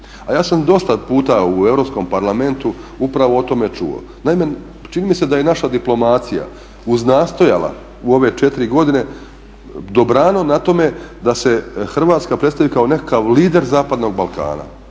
A ja sam dosta puta u Europskom parlamentu upravo o tome čuo. Naime, čini mi se da je naša diplomacija uznastojala u ove 4 godine dobrano na tome da se Hrvatska predstavi kao nekakav lider zapadnog Balkana.